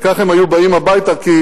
וכך הם היו באים הביתה, כי